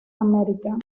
american